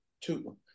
two